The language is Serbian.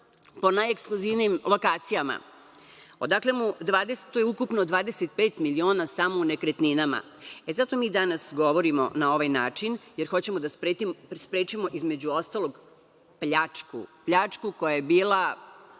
po najekskluzivnijim lokacijama? To je ukupno 25 miliona samo u nekretninama. E, zato mi danas govorimo na ovaj način, jer hoćemo da sprečimo, između ostalog, pljačku, pljačku koja je bila